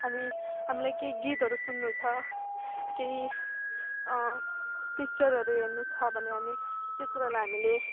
हामी हामीलाई केही गीतहरू सुन्नु छ केही पिक्चरहरू हेर्नु छ भने हामी त्यो कुरालाई हामीले